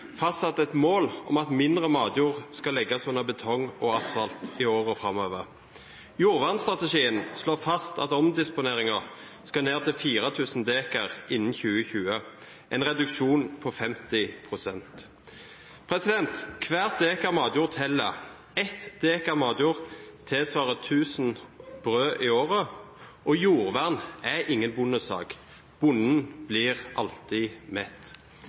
fastsatt et mål om at mindre matjord skal legges under betong og asfalt i årene framover. Jordvernstrategien slår fast at omdisponeringen skal ned til 4 000 dekar innen 2020, en reduksjon på 50 pst. Hvert dekar matjord teller. Ett dekar matjord tilsvarer 1 000 brød i året, og jordvern er ingen bondesak. Bonden blir alltid